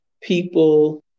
people